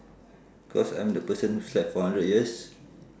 cause I'm the person who slept for hundred years